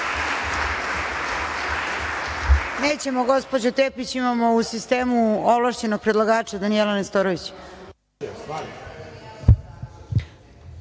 Nećemo gospođo Tepić, imamo u sistemu ovlašćenog predlagača Danijelu Nestorović.